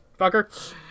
fucker